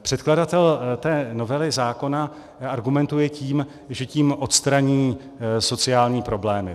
Předkladatel novely zákona argumentuje tím, že tím odstraní sociální problémy.